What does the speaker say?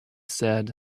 said